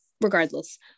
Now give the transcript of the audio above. regardless